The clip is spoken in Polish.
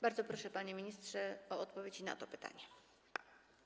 Bardzo proszę, panie ministrze, o odpowiedź na to pytanie.